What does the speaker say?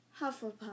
Hufflepuff